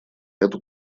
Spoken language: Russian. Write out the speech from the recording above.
эту